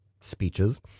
speeches